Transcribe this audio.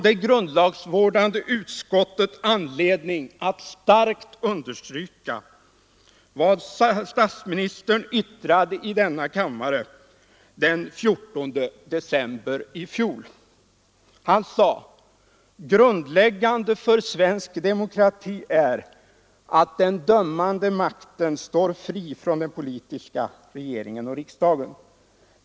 Det grundlagsvårdande utskottet har anledning att starkt understryka vad statsministern yttrade i denna kammare den 14 december i fjol. Han sade då: ”Grundläggande för svensk demokrati är att den dömande makten står fri från den politiska, regeringen och riksdagen.